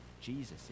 Jesus